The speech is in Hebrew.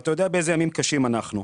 ואתה יודע באיזה ימים קשים אנחנו.